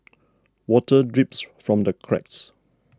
water drips from the cracks